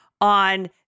on